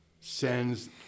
sends